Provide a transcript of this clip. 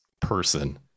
person